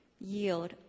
yield